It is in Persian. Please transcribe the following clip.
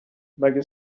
مگه